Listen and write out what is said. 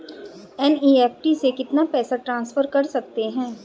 NEFT से कितना पैसा ट्रांसफर कर सकते हैं?